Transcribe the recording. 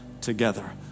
together